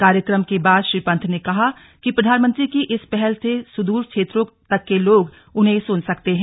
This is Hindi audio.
कार्यक्रम के बाद श्री पंत ने कहा कि प्रधानमंत्री की इस पहल से सुद्र क्षेत्रों तक के लोग उन्हें सुन सकते हैं